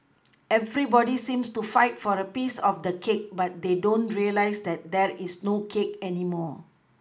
everybody seems to fight for a piece of the cake but they don't realise that there is no cake anymore